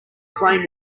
playing